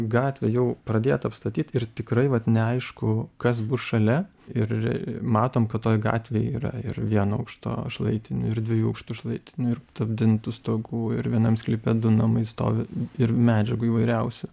gatvė jau pradėta apstatyt ir tikrai vat neaišku kas bus šalia ir matom kad toj gatvėj yra ir vieno aukšto šlaitinių ir dviejų aukštų šlaitinių ir tapdintų stogų ir vienam sklype du namai stovi ir medžiagų įvairiausių